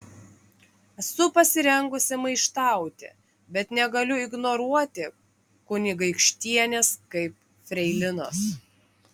esu pasirengusi maištauti bet negaliu ignoruoti kunigaikštienės kaip freilinos